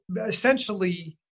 essentially